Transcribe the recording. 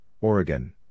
Oregon